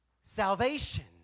salvation